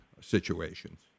situations